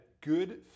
good